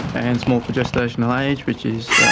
and small for gestational age which is,